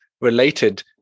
related